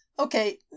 Okay